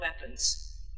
weapons